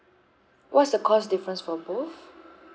what's the cost difference for both